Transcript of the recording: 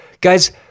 guys